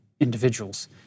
individuals